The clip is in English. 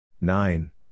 Nine